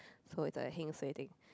so it's a heng suay thing